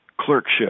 clerkship